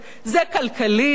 זה כלכלי?